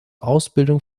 ausbildung